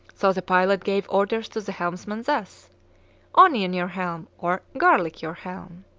so the pilot gave orders to the helmsman thus onion your helm! or garlic your helm!